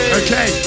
okay